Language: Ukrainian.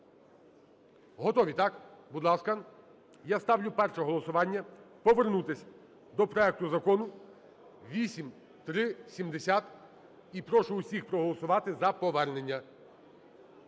Готові, так? Будь ласка, я ставлю перше голосування: повернутися до проекту закону 8370. І прошу всіх проголосувати за повернення.